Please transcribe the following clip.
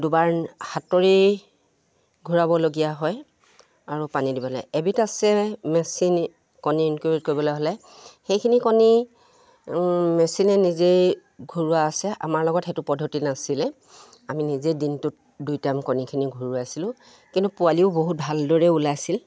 দুবাৰ হাতৰেই ঘূৰাবলগীয়া হয় আৰু পানী দিব লাগে এবিধ আছে মেচিন কণী ইনকিউবেট কৰিবলৈ হ'লে সেইখিনি কণী মেচিনে নিজেই ঘৰুৱা আছে আমাৰ লগত সেইটো পদ্ধতি নাছিলে আমি নিজে দিনটোত দুই টাইম কণীখিনি ঘৰুৱাইছিলোঁ কিন্তু পোৱালিও বহুত ভালদৰে ওলাইছিল